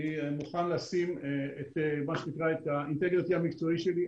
אני מוכן לשים את האינטגריטי המקצועי שלי,